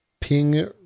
Ping